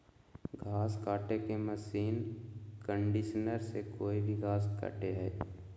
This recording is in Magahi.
घास काटे के मशीन कंडीशनर से कोई भी घास कटे हइ